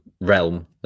realm